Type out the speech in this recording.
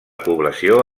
població